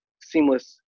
seamless